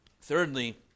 Thirdly